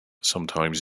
sometimes